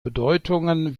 bedeutungen